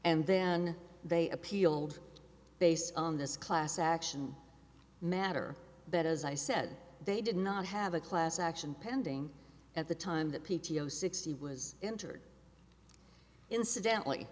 and then they appealed based on this class action matter that as i said they did not have a class action pending at the time that p t o sixty was injured incidentally